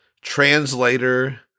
translator